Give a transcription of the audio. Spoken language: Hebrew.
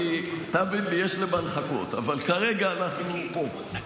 תאמין לי, יש למה לחכות, אבל כרגע אנחנו פה.